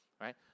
right